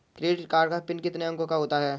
Credit card का PIN कितने अंकों का होता है?